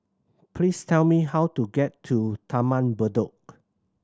please tell me how to get to Taman Bedok